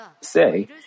say